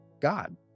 God